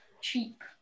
cheap